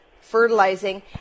fertilizing